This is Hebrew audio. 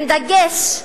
עם דגש,